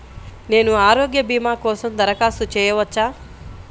నేను ఆరోగ్య భీమా కోసం దరఖాస్తు చేయవచ్చా?